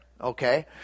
Okay